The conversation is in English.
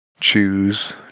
choose